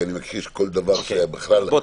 כי אני מכחיש כל דבר שהיה בכלל --- בוא,